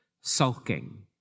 sulking